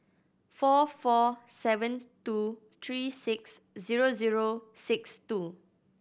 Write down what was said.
four four seven two three six zero zero six two